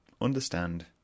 Understand